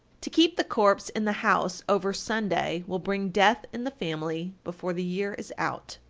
to keep the corpse in the house over sunday will bring death in the family before the year is out.